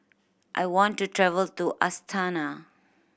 I want to travel to Astana